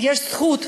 יש זכות